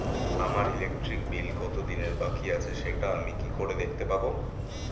আমার electric bill কত দিনের বাকি আছে সেটা আমি কি করে দেখতে পাবো?